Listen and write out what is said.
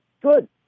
Good